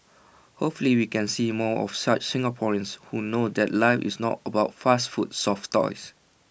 hopefully we can see more of such Singaporeans who know that life is not about fast food soft toys